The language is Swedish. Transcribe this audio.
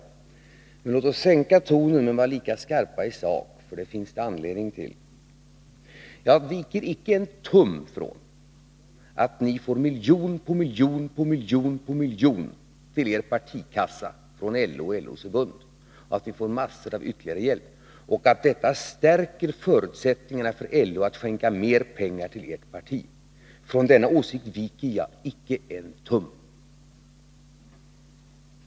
Låt oss sänka tonen men vara lika skarpa i sak, för det finns det anledning till. Jag viker icke en tum från åsikten att ni får miljon på miljon på miljon på miljon till er partikassa från LO och LO:s förbund, att ni får massor av ytterligare hjälp och att detta förstärker förutsättningarna för LO att skänka mer pengar till ert parti. Från denna åsikt viker jag icke en tum.